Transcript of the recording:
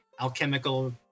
alchemical